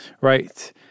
right